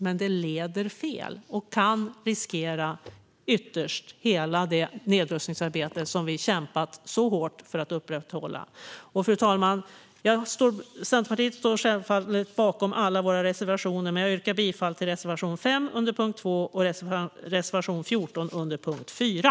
Men det leder fel och kan ytterst riskera hela det nedrustningsarbete som vi kämpat så hårt för att upprätthålla. Fru talman! Vi i Centerpartiet står självfallet bakom alla våra reservationer, men jag yrkar bifall endast till reservation 5 under punkt 2 och till reservation 14 under punkt 4.